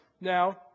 now